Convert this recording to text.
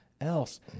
Else